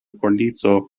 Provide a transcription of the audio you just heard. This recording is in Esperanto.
kornico